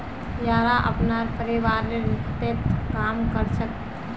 येरा अपनार परिवारेर खेततत् काम कर छेक